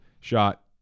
Shot